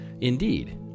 Indeed